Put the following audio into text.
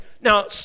Now